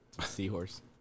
Seahorse